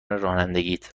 رانندگیت